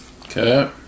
Okay